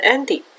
Andy